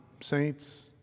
saints